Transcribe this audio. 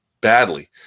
badly